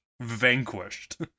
vanquished